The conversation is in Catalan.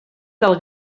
del